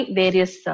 various